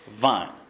vine